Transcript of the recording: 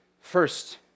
First